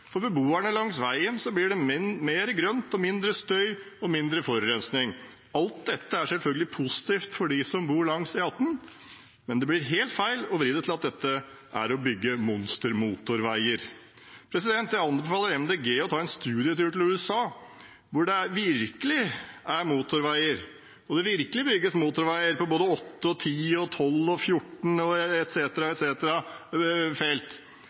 For beboerne langs veien blir det mer grønt og mindre støy og forurensning. Alt dette selvfølgelig positivt for dem som bor langs E18, men det blir helt feil å vri det til at det er å bygge monstermotorveier. Jeg anbefaler Miljøpartiet De Grønne å ta en studietur til USA hvor det virkelig bygges motorveier med både 8, 10, 12, 14, etc. felt. Det er motorveier som er bredere enn flystripa på